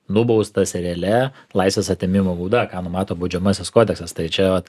nubaustas realia laisvės atėmimo bauda ką numato baudžiamasis kodeksas tai čia vat